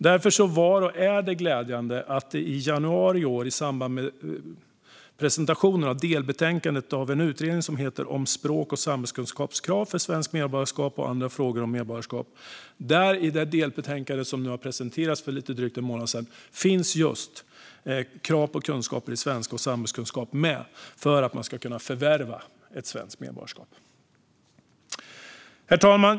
Det var därför glädjande att det januari i år i samband med presentationen av delbetänkandet av Utredningen om språk och samhällskunskapskrav för svenskt medborgarskap och andra frågor om medborgarskap fanns med förslag om krav på kunskaper i svenska och samhällskunskap för att kunna förvärva svenskt medborgarskap. Herr talman!